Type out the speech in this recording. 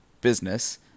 business